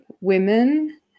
women